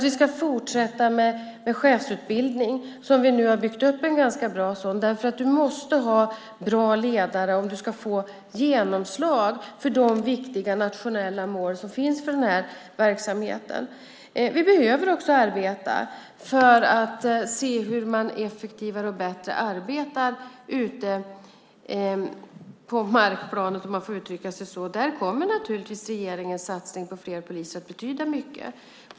Vi ska fortsätta med en chefsutbildning - vi har nu byggt upp en ganska bra sådan - därför att man måste ha bra ledare om man ska få genomslag för de viktiga nationella mål som finns för den här verksamheten. Vi behöver också arbeta för att se hur man effektivare och bättre arbetar ute på markplanet, om man får uttrycka sig så. Där kommer naturligtvis regeringens satsning på fler poliser att betyda mycket.